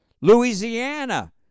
Louisiana